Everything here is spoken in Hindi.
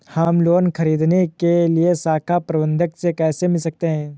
हम लोन ख़रीदने के लिए शाखा प्रबंधक से कैसे मिल सकते हैं?